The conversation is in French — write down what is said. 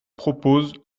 propose